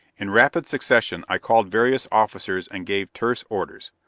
in rapid succession i called various officers and gave terse orders.